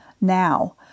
now